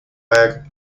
back